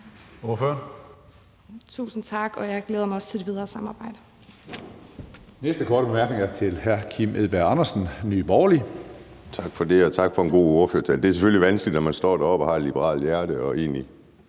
(LA): Tusind tak. Jeg glæder mig også til det videre samarbejde.